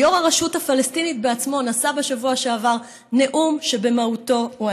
ויו"ר הרשות הפלסטינית בעצמו נשא בשבוע שעבר נאום שבמהותו הוא